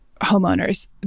homeowners